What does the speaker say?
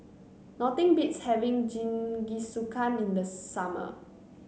nothing beats having Jingisukan in the summer